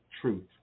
truth